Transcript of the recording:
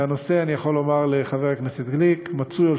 ואני יכול לומר לחבר הכנסת גליק שהנושא עומד